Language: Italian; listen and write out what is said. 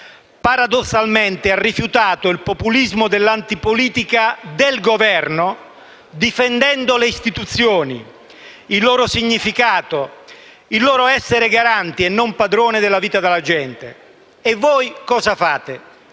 paradossalmente, ha rifiutato il populismo dell'antipolitica del Governo difendendo le istituzioni, il loro significato, il loro essere garanti e non padroni della vita della gente. E voi cosa fate?